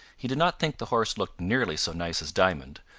he did not think the horse looked nearly so nice as diamond,